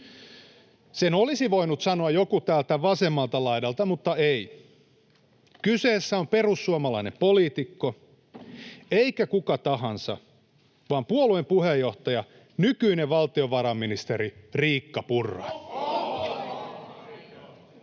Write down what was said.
Sen olisi voinut sanoa joku täältä vasemmalta laidalta, mutta ei. Kyseessä on perussuomalainen poliitikko, eikä kuka tahansa vaan puolueen puheenjohtaja, nykyinen valtiovarainministeri Riikka Purra.